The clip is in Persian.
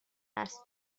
است